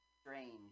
Strange